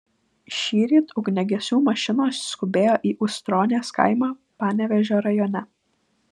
šįryt ugniagesių mašinos skubėjo į ustronės kaimą panevėžio rajone